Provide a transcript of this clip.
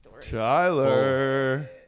Tyler